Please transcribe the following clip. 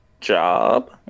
job